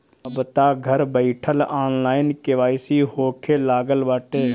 अबतअ घर बईठल ऑनलाइन के.वाई.सी होखे लागल बाटे